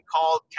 called